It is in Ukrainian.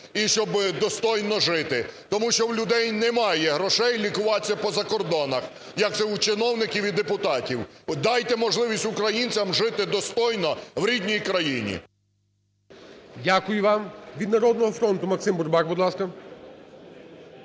і щоб достойно жити. Тому що у людей немає грошей лікуватися по закордонах, як це у чиновників і депутатів. Дайте можливість українцям жити достойно в рідній країні. ГОЛОВУЮЧИЙ. Дякую вам. Від "Народного фронту" Максим Бурбак, будь ласка.